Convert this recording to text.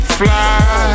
fly